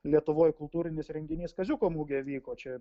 lietuvoj kultūrinis renginys kaziuko mugė vyko čia